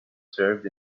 served